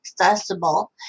accessible